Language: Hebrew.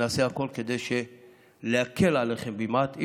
ונעשה הכול כדי להקל עליכם מעט.